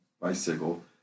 bicycle